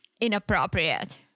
inappropriate